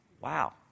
Wow